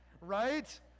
right